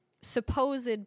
supposed